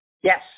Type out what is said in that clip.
Yes